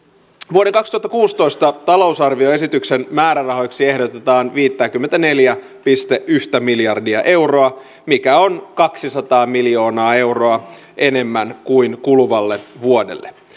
vuoden kaksituhattakuusitoista talousarvioesityksen määrärahoiksi ehdotetaan viittäkymmentäneljää pilkku yhtä miljardia euroa mikä on kaksisataa miljoonaa euroa enemmän kuin kuluvalle vuodelle